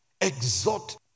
Exhort